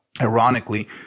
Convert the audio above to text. Ironically